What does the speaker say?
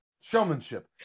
Showmanship